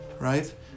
right